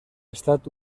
estat